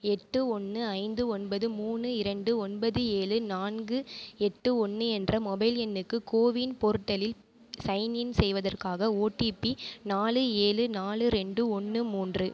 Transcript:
எட்டு ஒன்று ஐந்து ஒன்பது மூணு இரண்டு ஒன்பது ஏழு நான்கு எட்டு ஒன்று என்ற மொபைல் எண்ணுக்கு கோவின் போர்ட்டலில் சைன்இன் செய்வதற்காக ஓடிபி நாலு ஏழு நாலு ரெண்டு ஒன்று மூன்று